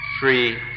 free